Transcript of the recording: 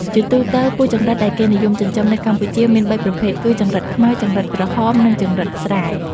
ជាទូទៅ ពូជចង្រិតដែលគេនិយមចិញ្ចឹមនៅកម្ពុជាមានបីប្រភេទគឺ ចង្រិតខ្មៅ ចង្រិតក្រហម និងចង្រិតស្រែ។